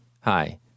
Hi